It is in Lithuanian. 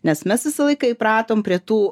nes mes visą laiką įpratom prie tų